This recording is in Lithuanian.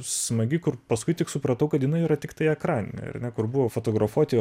smagi kur paskui tik supratau kad jinai yra tiktai ekraninė ar ne kur buvo fotografuoti